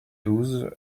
douze